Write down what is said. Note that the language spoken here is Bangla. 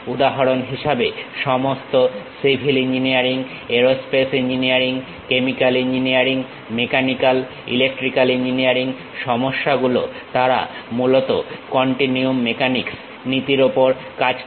উদাহরণ হিসেবে সমস্ত civil engineering aerospace engineering chemical engineering mechanical electrical engineering সমস্যাগুলো তারা মূলত কন্টিনিউম মেকানিক্স নীতির উপর কাজ করে